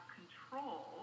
control